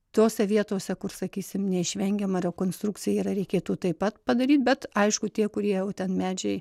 tose vietose kur sakysim neišvengiama rekonstrukcija yra reikėtų taip pat padaryt bet aišku tie kurie jau ten medžiai